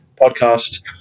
podcast